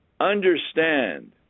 understand